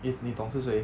if 你懂是谁